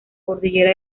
cordillera